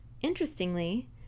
Interestingly